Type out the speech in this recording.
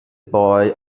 boy